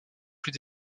plus